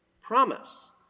promise